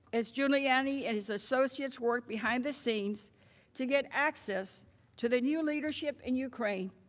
as giuliani and his associates worked behind the scenes to get access to the new leadership in ukraine,